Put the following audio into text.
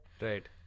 right